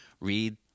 read